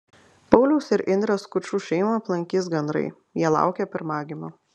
pauliaus ir indrės skučų šeimą aplankys gandrai jie laukia pirmagimio